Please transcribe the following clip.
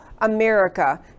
america